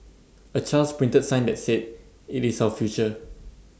A child's printed sign that said IT is our future